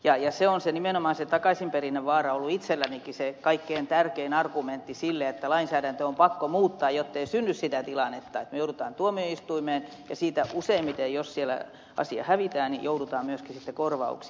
ja nimenomaan se takaisinperinnän vaara on ollut itsellänikin se kaikkein tärkein argumentti sille että lainsäädäntöä on pakko muuttaa jottei synny sitä tilannetta että me joudumme tuomioistuimeen ja siitä useimmiten jos siellä asia hävitään joudutaan myöskin sitten korvauksiin